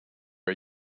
are